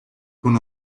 con